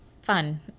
Fun